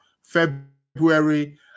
February